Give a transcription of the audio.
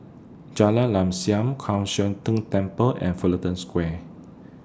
Jalan Lam Kwan Siang Tng Temple and Fullerton Square